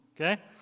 okay